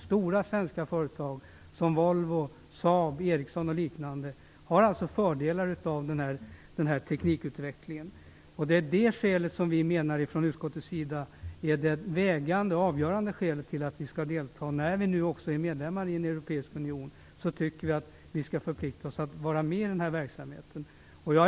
Stora svenska företag som Volvo, Saab, Eriksson osv. drar alltså fördelar av den här teknikutvecklingen. Det, menar vi i utskottet, är det avgörande skälet till att vi skall delta. När vi nu också är medlemmar i den europeiska unionen förpliktar det, tycker vi - vi skall vara med i den här verksamheten.